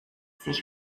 sich